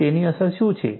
અને તેની અસર શું છે